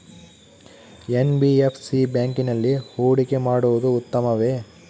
NBFC ಬ್ಯಾಂಕಿನಲ್ಲಿ ಹೂಡಿಕೆ ಮಾಡುವುದು ಉತ್ತಮವೆ?